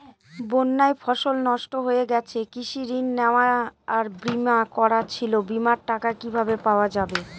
বন্যায় ফসল নষ্ট হয়ে গেছে কৃষি ঋণ নেওয়া আর বিমা করা ছিল বিমার টাকা কিভাবে পাওয়া যাবে?